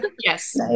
Yes